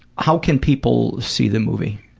how can people see the movie?